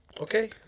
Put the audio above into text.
Okay